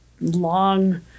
long –